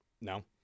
No